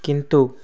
କିନ୍ତୁ